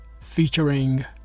featuring